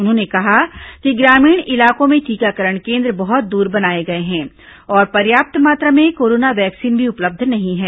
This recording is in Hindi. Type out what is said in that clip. उन्होंने कहा कि ग्रामीण इलाकों में टीकाकरण केन्द्र बहुत दूर बनाए गए हैं और पर्याप्त मात्रा में कोरोना वैक्सीन भी उपलब्ध नहीं है